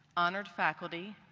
honored faculty,